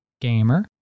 Gamer